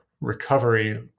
recovery